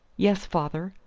yes, father.